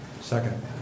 Second